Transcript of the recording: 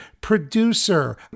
producer